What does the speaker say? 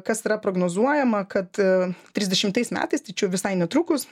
kas yra prognozuojama kad trisdešimtais metais tai čia jau visai netrukus